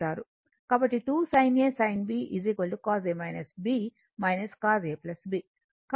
కాబట్టి 2 sin A sin B cos A B cos A B